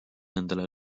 endale